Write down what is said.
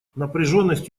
напряженность